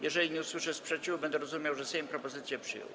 Jeżeli nie usłyszę sprzeciwu, będę rozumiał, że Sejm propozycję przyjął.